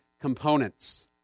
components